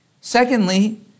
Secondly